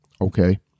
Okay